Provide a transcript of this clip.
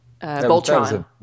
Voltron